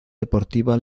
deportiva